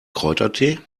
kräutertee